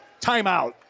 Timeout